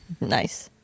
Nice